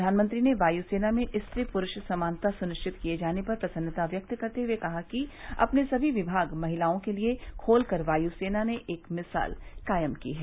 प्रधानमंत्री ने वायु सेना में स्त्री पुरुष समानता सुनिश्चित किये जाने पर प्रसन्नता व्यक्त करते हुए कहा कि अपने सभी विमाग महिलाओं के लिए खोल कर वायु सेना ने एक मिसाल कायम की है